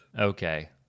Okay